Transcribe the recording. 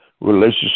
relationship